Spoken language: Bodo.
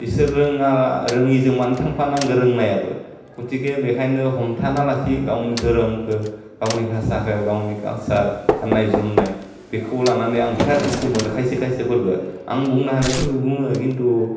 इसोर रोङा रोङिजों मानो थांफानांगो रोंनायाबो गुथिखे बेखायनो हमथाना लाखि गावनि दोहोरोमखौ गावनि भासाखौ गावनि कालसार गान्नाय जुमनाय बेखौ लानानै आं बिराद दुखु मोनो खायसे खायसेफोरखौ आं बुंनो हानाय फोरखो बुङो खिन्थु